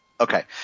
okay